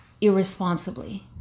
irresponsibly